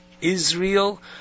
Israel